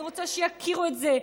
אני רוצה שיכירו את זה.